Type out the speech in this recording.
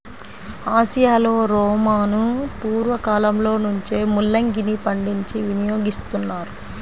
ఆసియాలో రోమను పూర్వ కాలంలో నుంచే ముల్లంగిని పండించి వినియోగిస్తున్నారు